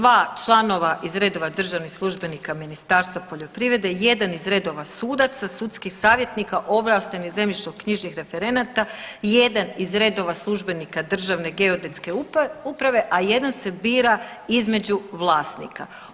Dva članova iz redova državnih službenika Ministarstva poljoprivrede, jedan iz redova sudaca, sudskih savjetnika ovlaštenih zemljišno-knjižnih referenata i jedan iz redova službenika Državne geodetske uprave, a jedan se bira između vlasnika.